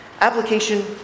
Application